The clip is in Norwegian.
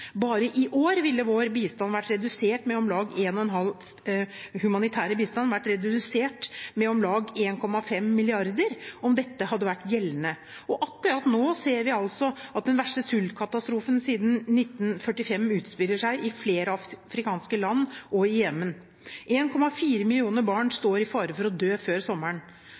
Bare i år ville vår humanitære bistand vært redusert med om lag 1,5 mrd. kr om dette hadde vært gjeldende. Og akkurat nå ser vi at den verste sultkatastrofen siden 1945 utspiller seg i flere afrikanske land og i Jemen. 1,4 millioner barn står i fare for å dø før sommeren.